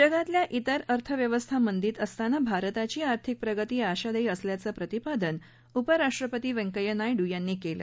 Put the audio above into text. जगातल्या त्रिर अर्थव्यवस्था मंदीत असताना भारताची आर्थिक प्रगती आशादायी असल्याच प्रतिपादन उपराष्ट्रपती वैंकव्या नायडू यांनी केलं